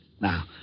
Now